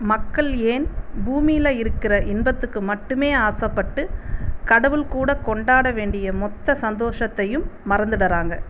மக்கள் ஏன் பூமியில் இருக்கிற இன்பத்துக்கு மட்டும் ஆசப்பட்டு கடவுள் கூட கொண்டாட வேண்டிய மொத்த சந்தோஷத்தையும் மறந்துவிடுறாங்க